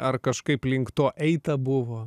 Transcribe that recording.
ar kažkaip link to eita buvo